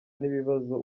n’ibibazo